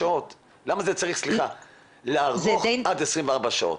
למה זה צריך לארוך עד 24 שעות?